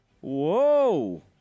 Whoa